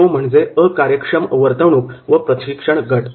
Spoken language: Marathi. तो म्हणजे अकार्यक्षम वर्तवणूक व प्रशिक्षण गट